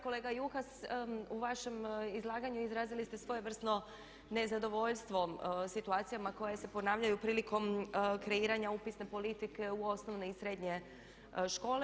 Kolega Juhas u vašem izlaganju izrazili ste svojevrsno nezadovoljstvo situacijama koje se ponavljaju prilikom kreiranja upisne politike u osnovne i srednje škole.